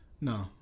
No